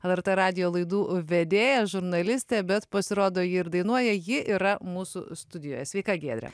lrt radijo laidų vedėja žurnalistė bet pasirodo ji ir dainuoja ji yra mūsų studijoje sveika giedre